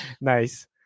nice